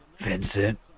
Vincent